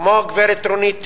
כמו גברת רונית תירוש,